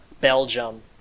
Belgium